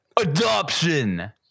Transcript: adoption